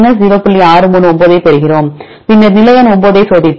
639 ஐப் பெறுகிறோம் பின்னர் நிலை எண் 9 ஐ சோதித்தோம்